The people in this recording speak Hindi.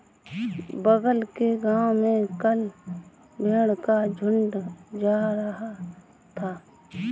बगल के गांव में कल भेड़ का झुंड जा रहा था